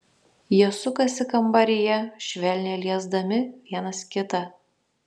jie sukasi kambaryje švelniai liesdami vienas kitą